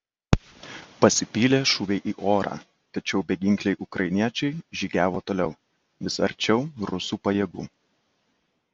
pasipylė šūviai į orą tačiau beginkliai ukrainiečiai žygiavo toliau vis arčiau rusų pajėgų